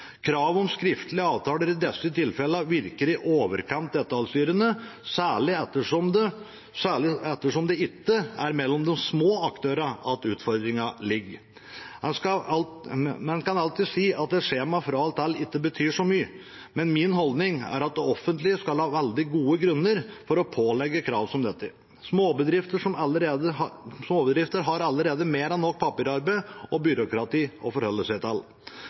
om skriftlige avtaler i disse tilfellene virker i overkant detaljstyrende, særlig ettersom det ikke er mellom de små aktørene utfordringen ligger. Man kan alltid si at et skjema fra eller til ikke betyr så mye, men min holdning er at det offentlige skal ha veldig gode grunner for å pålegge krav som dette. Småbedrifter har allerede mer enn nok papirarbeid og byråkrati å forholde seg til.